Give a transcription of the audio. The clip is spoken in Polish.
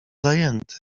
zajęty